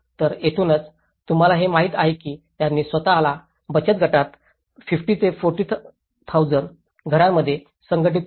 तर येथूनच तुम्हाला हे माहित आहे की त्यांनी स्वत ला बचत गटात 50 ते 4000 घरांमध्ये संघटित केले